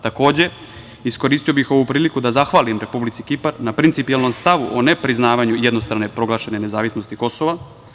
Takođe, iskoristio bih ovu priliku da zahvalim Republici Kipar na principijelnom stavu o nepriznavanju jednostrano proglašene nezavisnosti Kosova.